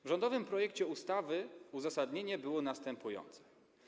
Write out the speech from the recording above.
W rządowym projekcie ustawy uzasadnienie było następujące: